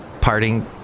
parting